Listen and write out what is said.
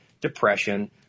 depression